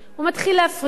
הוא מתחיל להפריע,